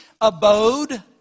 Abode